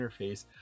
interface